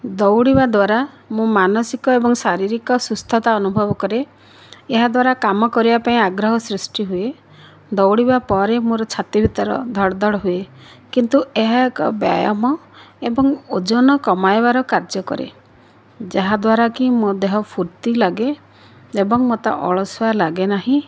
ଦୌଡ଼ିବା ଦ୍ଵାରା ମୁଁ ମାନସିକ ଏବଂ ଶାରୀରିକ ସୁସ୍ଥତା ଅନୁଭବ କରେ ଏହାଦ୍ଵାରା କାମ କରିବା ପାଇଁ ଆଗ୍ରହ ସୃଷ୍ଟି ହୁଏ ଦୌଡ଼ିବା ପରେ ମୋର ଛାତି ଭିତର ଧଡ଼ ଧଡ଼ ହୁଏ କିନ୍ତୁ ଏହା ଏକ ବ୍ୟାୟାମ ଏବଂ ଓଜନ କମାଇବାର କାର୍ଯ୍ୟ କରେ ଯାହା ଦ୍ଵାରାକି ମୋ ଦେହ ଫୁର୍ତ୍ତୀ ଲାଗେ ଏବଂ ମୋତେ ଅଳସୁଆ ଲାଗେ ନାହିଁ